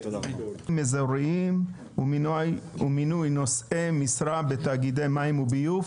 תיקון מספר 14 תאגידים אזוריים ומינוי נושאי משרה בתאגיד מים וביוב